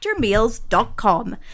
FactorMeals.com